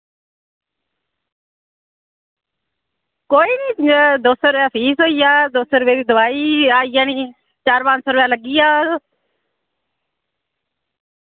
कोई निं दो सौ रपेआ फीस होइया दो सौ रपे दी दोआई आई जानी चार पंज सौ रपेआ लग्गी जाग